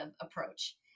approach